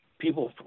people